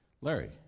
Larry